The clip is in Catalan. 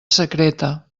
secreta